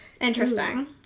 Interesting